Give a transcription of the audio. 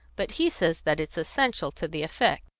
but he says that it's essential to the effect.